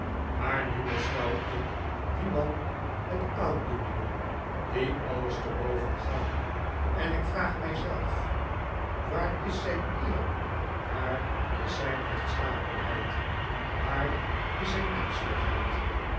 maar nu beschouw ik dien man met aandoeningen die alles te boven gaan en ik vraag bij mij zelf waar is zijn eer waar is zijn rechtschapenheid waar is zijn menschelijkheid